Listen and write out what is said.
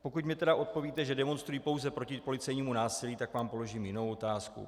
Pokud mi tedy odpovíte, že demonstrují pouze proti policejnímu násilí, tak vám položím jinou otázku.